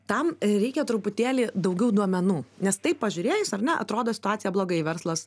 tam reikia truputėlį daugiau duomenų nes taip pažiūrėjus ar ne atrodo situacija blogai verslas